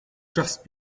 just